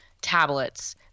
tablets